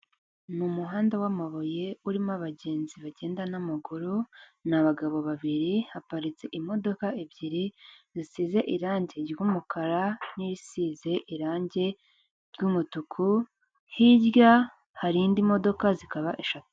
Ni umuhanda w'amabuye urimo abagenzi bagenda n'amaguru, ni abagabo babiri. Haparitse imodoka ebyiri zisize irange ry'umukara n'irisize irange ry'umutuku, hirya hari indi modoka zikaba eshatu.